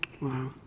Wow